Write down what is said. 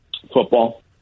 Football